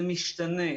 זה משתנה.